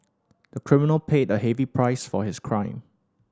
the criminal paid a heavy price for his crime